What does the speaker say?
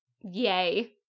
Yay